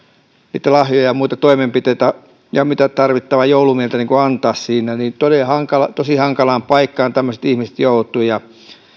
niitä lahjoja ja muita toimenpiteitä ja tarvittavaa joulumieltä antaa siinä tosi hankalaan paikkaan tämmöiset ihmiset joutuvat